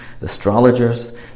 astrologers